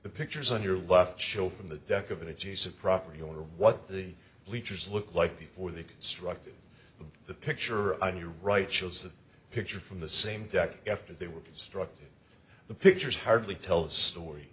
the pictures on your left show from the deck of an adjacent property owner what the bleachers looked like before they constructed the picture on your right shows that picture from the same deck after they were constructed the pictures hardly tell the story